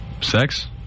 sex